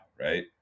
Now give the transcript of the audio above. Right